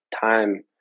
time